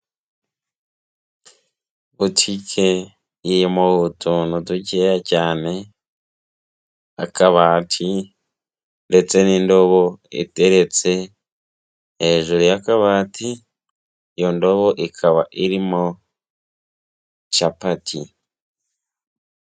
Butike irimo utuntu dukeya cyane, akabati ndetse n'indobo iteretse hejuru y'akabati, iyo ndobo ikaba irimo capati.